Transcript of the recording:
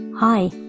Hi